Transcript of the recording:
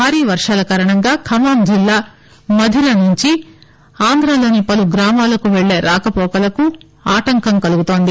భారీ వర్షాల కారణంగా ఖమ్మం జిల్లా మధిర నుంచి ఆంధ్రాలోని పలు గ్రామాలకు వెళ్లే రాకపోకలకు ఆటంకం కలుగుతోంది